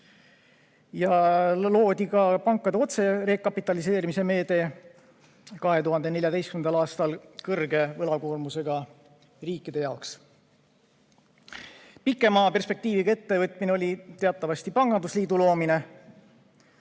Loodi ka pankade otse rekapitaliseerimise meede 2014. aastal, kõrge võlakoormusega riikide jaoks. Pikema perspektiiviga ettevõtmine oli teatavasti pangandusliidu loomine.